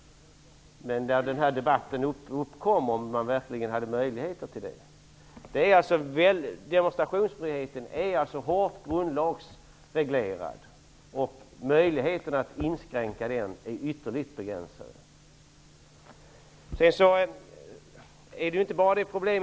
Det uppstod en debatt om man verkligen hade möjligheter till detta. Demonstrationsfriheten är alltså hårt grundlagsreglerad, och möjligheterna att inskränka den är ytterligt begränsade.